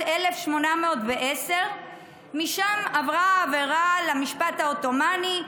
1810. משם עברה העבירה למשפט העות'מאני,